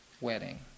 wedding